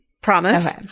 promise